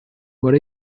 what